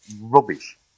rubbish